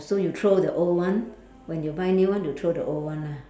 so you throw the old one when you buy new one you throw the old one lah